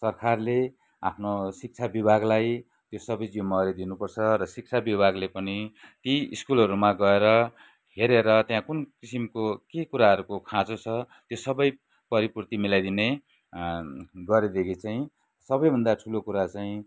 सरकारले आफ्नो शिक्षा विभागलाई यो सबै जिम्मावारी दिनुपर्छ र शिक्षा विभागले पनि ती स्कुलहरूमा गएर हेरेर त्यहाँ कुन किसिमको के कुराहरूको खाँचो छ यो सबै परिपूर्ति मिलाइदिने गरेदेखि चाहिँ सबैभन्दा ठुलो कुरा चाहिँ